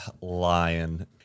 lion